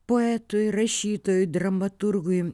poetui rašytojui dramaturgui